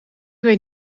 weet